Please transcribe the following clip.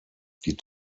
die